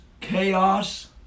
chaos